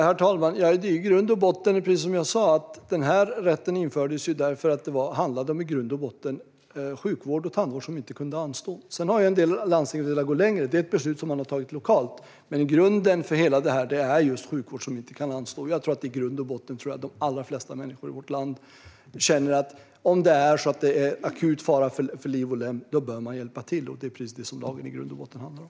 Herr talman! Som jag sa infördes den här rätten därför att det i grund och botten handlar om sjukvård och tandvård som inte kan anstå. Sedan har en del landsting velat gå längre. Det är beslut som man har tagit lokalt. Jag tror att de allra flesta människor i vårt land känner att man bör hjälpa till om det är akut fara för liv och lem, och det är precis det som den här lagen i grund och botten handlar om.